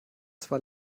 zwar